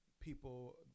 people